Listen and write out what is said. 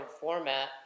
format